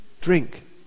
drink